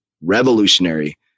Revolutionary